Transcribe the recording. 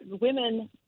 women